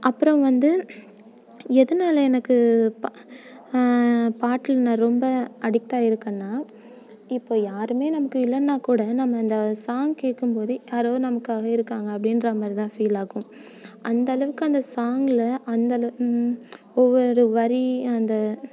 அப்புறோம் வந்து எதனால எனக்கு பா பாட்டில் நான் ரொம்ப அடிக்ட்டா இருக்கேன்னா இப்போ யாருமே நமக்கு இல்லைன்னா கூட நம்ம அந்த சாங் கேட்கும் போது யாரோ நமக்காக இருக்காங்க அப்படின்ற மாதிரி தான் ஃபீல் ஆகும் அந்த அளவுக்கு அந்த சாங்கில் அந்தளவு ஒவ்வொரு வரி அந்த